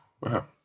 Wow